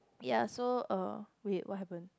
ya so uh wait what happen